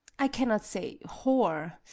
i cannot say whore,